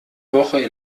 woche